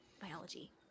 biology